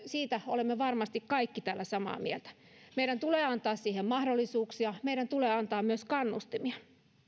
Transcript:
siitä olemme varmasti kaikki täällä samaa mieltä meidän tulee antaa siihen mahdollisuuksia ja meidän tulee antaa siihen myös kannustimia